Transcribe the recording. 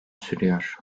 sürüyor